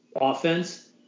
offense